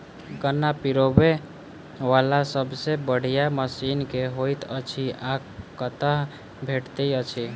गन्ना पिरोबै वला सबसँ बढ़िया मशीन केँ होइत अछि आ कतह भेटति अछि?